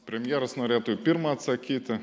premjeras norėtų į pirmą atsakyti